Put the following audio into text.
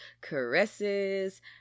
caresses